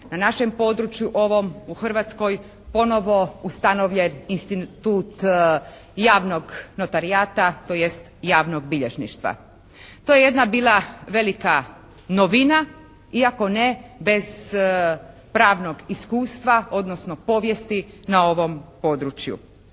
na našem području ovom u Hrvatskoj ponovo ustanovljen institut javnog notarijata, tj. javnog bilježništva. To je jedna bila velika novina iako ne bez pravnog iskustva, odnosno povijesti na ovom području.